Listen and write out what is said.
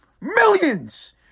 Millions